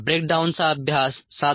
ब्रेकडाउनचा अभ्यास 7